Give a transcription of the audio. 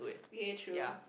okay true